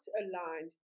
aligned